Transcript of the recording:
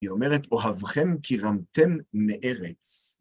היא אומרת אוהבכם כי רמתם נארץ.